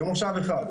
במושב אחד.